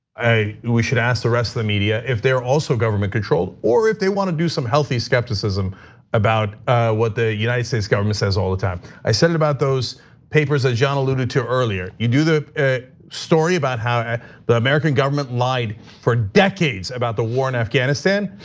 we should ask the rest of the media if they're also government controlled, or if they wanna do some healthy skepticism about what the united states government says all the time. i said it about those papers that john alluded to earlier, you do the story about how the american government lied for decades about the war in afghanistan,